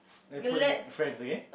like put in friends okay